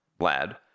lad